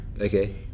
okay